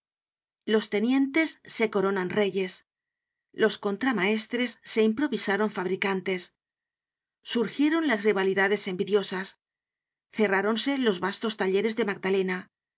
los tenientes se coronan reyes los contramaestres se improvisaron fabricantes surgieron las rivalidades envidiosas cerráronse los vastos talleres de magdalena